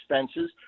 expenses